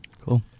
cool